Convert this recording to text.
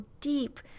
deep